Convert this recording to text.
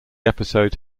episode